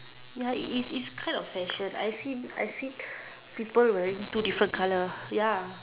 ya it is it's kind of fashion I've seen I've see people wearing two different color ya